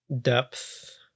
depth